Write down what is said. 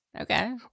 Okay